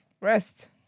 Rest